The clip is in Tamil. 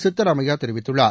சித்தராமையா தெரிவித்துள்ளார்